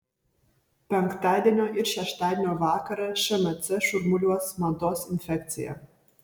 penktadienio ir šeštadienio vakarą šmc šurmuliuos mados infekcija